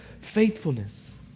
faithfulness